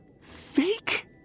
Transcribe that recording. fake